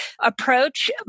approach